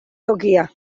tokia